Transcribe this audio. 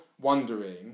wondering